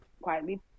quietly